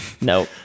no